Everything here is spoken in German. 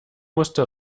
musste